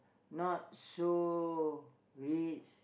not so rich